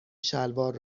شلوار